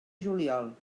juliol